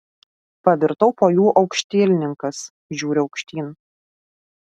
pavirtau po juo aukštielninkas žiūriu aukštyn